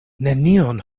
nenion